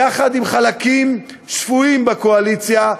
יחד עם חלקים שפויים בקואליציה,